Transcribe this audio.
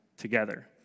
Together